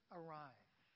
arrive